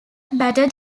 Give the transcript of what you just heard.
batted